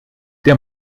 der